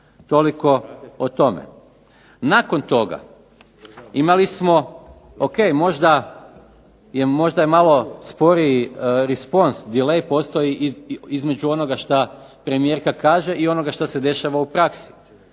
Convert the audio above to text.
Toliko o tome. Nakon toga imali smo o.k možda je malo sporiji risponse dealay postoji između onoga što premijerka kaže i onoga što se dešava u praksi.